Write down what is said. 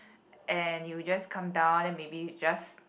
and you just come down then maybe you just